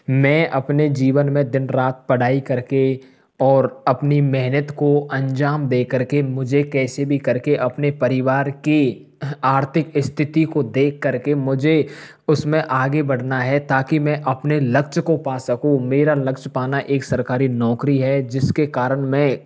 मैं अपने जीवन में दिन रात पढ़ाई कर के और अपनी मेहनत को अंजाम दे कर के मुझे कैसे भी कर के अपने परिवार के आर्थिक स्थिति को देख कर के मुझे उस में आगे बढ़ना है ताकि मैं अपने लक्ष्य को पा सकूँ मेरा लक्ष्य पाना एक सरकारी नौकरी है जिस के कारण में